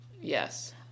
Yes